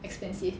expensive